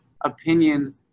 opinion